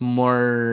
more